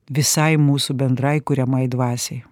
visai mūsų bendrai kuriamai dvasiai